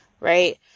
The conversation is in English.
right